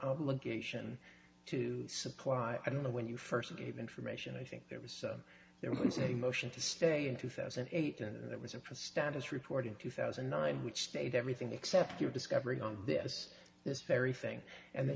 obligation to supply i don't know when you first gave information i think there was some there was a motion to stay in two thousand and eight and there was a priest status report in two thousand and nine which state everything except your discovery on this this very thing and then